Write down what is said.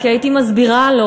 כי הייתי מסבירה לו,